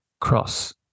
cross